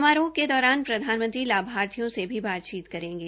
समारोह के दौरान प्रधानमंत्री लाभार्थियों से भी बातचीत करेंगे